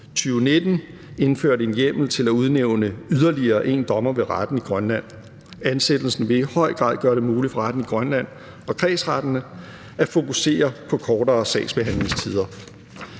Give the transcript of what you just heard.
2019 indført en hjemmel til at udnævne yderligere en dommer ved retten i Grønland. Ansættelsen vil i høj grad gøre det muligt for Retten i Grønland og kredsretterne at fokusere på kortere sagsbehandlingstider.